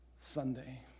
Sunday